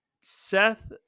Seth